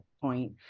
point